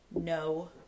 no